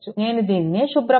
నేను దీనిని శుభ్రపరుస్తాను